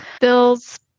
bills